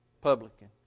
publican